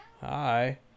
hi